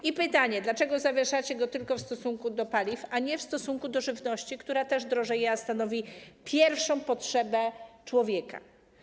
I pytanie: Dlaczego zawieszacie go tylko w stosunku do paliw, a nie w stosunku do żywności, która też drożeje, a stanowi pierwszą potrzebę człowieka?